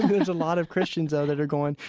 there's a lot of christians though that are going,